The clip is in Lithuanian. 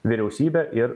vyriausybė ir